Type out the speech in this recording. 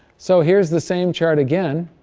so here's the same chart again.